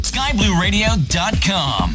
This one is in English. Skyblueradio.com